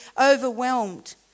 overwhelmed